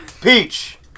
Peach